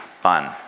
fun